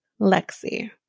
Lexi